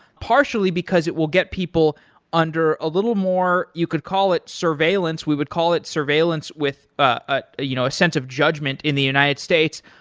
partially because it will get people under a little more. you could call it surveillance. we would call it surveillance with a you know a sense of judgment in the united states.